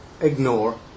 ignore